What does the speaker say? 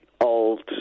old